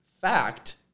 fact